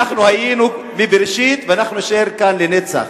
היינו מבראשית ואנחנו נישאר כאן לנצח.